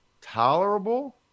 tolerable